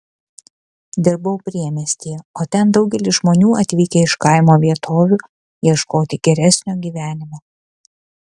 dirbau priemiestyje o ten daugelis žmonių atvykę iš kaimo vietovių ieškoti geresnio gyvenimo